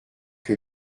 que